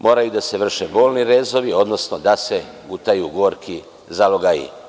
Moraju da se vrše bolni rezovi, odnosno da se gutaju gorki zalogaji.